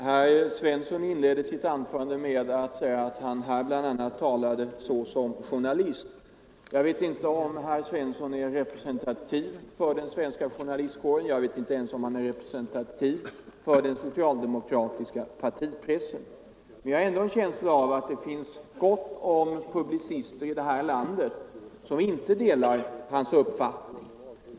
Herr talman! Herr Svensson i Eskilstuna inledde sitt anförande med att säga att han bl.a. talade såsom journalist. Jag vet inte om herr Svensson är representativ för den svenska journalistkåren, jag vet inte ens om han är representativ för den socialdemokratiska partipressen. Men jag har ändå en känsla av att det finns gott om publicister i det här landet som inte delar hans uppfattning.